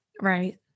right